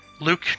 Luke